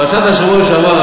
בפרשת השבוע שעבר,